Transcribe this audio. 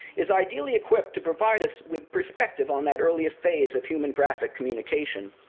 is ideally equipped to provide us with perspective on that earliest phase of human graphic communication.